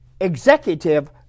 executive